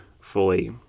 fully